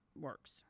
works